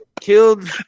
killed